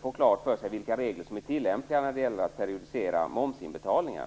få klart för sig vilka regler som är tillämpliga när det gäller att periodisera momsinbetalningar.